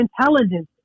intelligence